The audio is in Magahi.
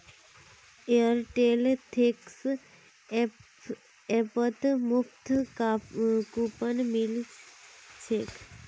एयरटेल थैंक्स ऐपत मुफ्त कूपन मिल छेक